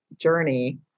journey